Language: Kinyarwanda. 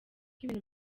ibintu